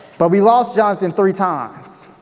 but we lost jonathan three times.